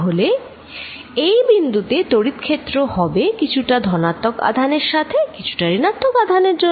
তাহলে এই বিন্দুতে তড়িৎ ক্ষেত্র হবে কিছুটা ধনাত্মক আধানের সাথে কিছুটা ঋণাত্মক আধানের জন্য